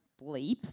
bleep